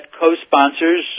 co-sponsors